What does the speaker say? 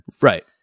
Right